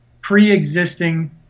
pre-existing